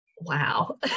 wow